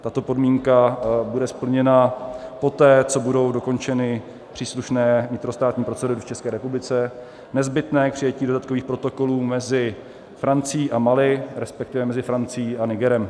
Tato podmínka bude splněna poté, co budou dokončeny příslušné vnitrostátní procedury v České republice nezbytné přijetí dodatkových protokolů mezi Francií a Mali, respektive mezi Francií a Nigerem.